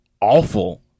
awful